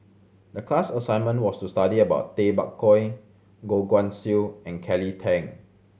the class assignment was to study about Tay Bak Koi Goh Guan Siew and Kelly Tang